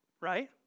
right